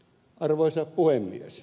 arvoisa puhemies